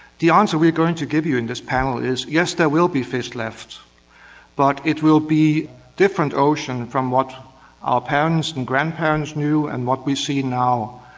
the answer we're going to give you in this panel is yes, there will be fish left but it will be a different ocean from what our parents and grandparents knew and what we see now.